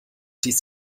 dies